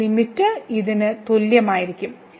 ഈ ലിമിറ്റ് ഇതിന് തുല്യമായിരിക്കും